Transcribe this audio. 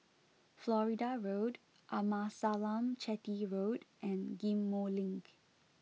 Florida Road Amasalam Chetty Road and Ghim Moh Link